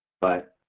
but